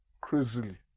crazily